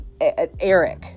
Eric